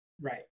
Right